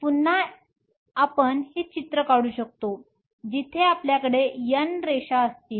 पुन्हा एकदा आपण हे चित्र काढू शकतो जिथे आपल्याकडे N रेषा असतील